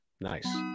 Nice